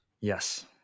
Yes